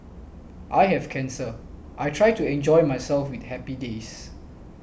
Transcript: I have cancer I try to enjoy myself with happy days